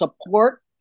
support